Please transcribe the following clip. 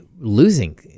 losing